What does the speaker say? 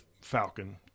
Falcon